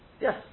Yes